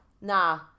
Nah